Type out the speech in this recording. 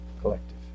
collective